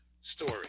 story